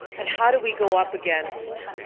and how do we go up against